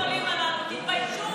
תעמדו בזה.